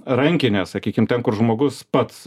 rankinės sakykim ten kur žmogus pats